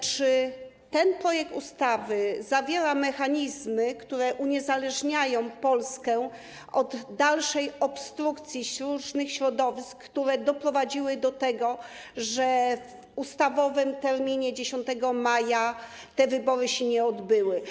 Czy ten projekt ustawy zawiera mechanizmy, które uniezależniają Polskę od dalszej obstrukcji różnych środowisk, które doprowadziły do tego, że w ustawowym terminie 10 maja te wybory się nie odbyły?